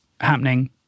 happening